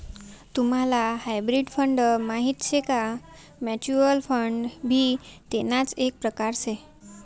तुम्हले hybrid fund माहित शे का? म्युच्युअल फंड भी तेणाच एक प्रकार से